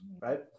right